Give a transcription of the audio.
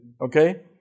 okay